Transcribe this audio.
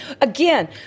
Again